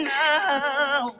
now